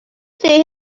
see